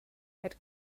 had